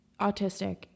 autistic